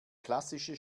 klassische